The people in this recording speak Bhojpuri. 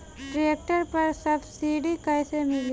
ट्रैक्टर पर सब्सिडी कैसे मिली?